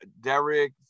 Derek